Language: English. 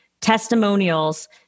testimonials